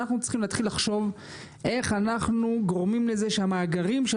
אנחנו צריכים להתחיל לחשוב איך אנחנו גורמים לזה שהמאגרים של